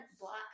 Black